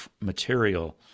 material